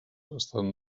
estan